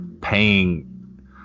paying